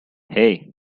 hey